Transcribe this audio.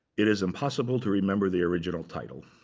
it is impossible to remember the original title.